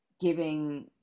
giving